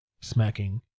smacking